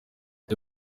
the